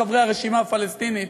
חברי הרשימה הפלסטינית,